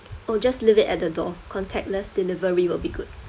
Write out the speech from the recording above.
oh just leave it at the door contactless delivery will be good